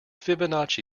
fibonacci